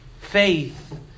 Faith